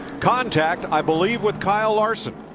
contact, i believe, with kyle larson.